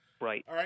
right